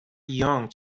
young